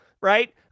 right